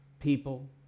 people